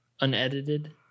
unedited